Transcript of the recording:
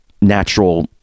natural